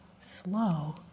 slow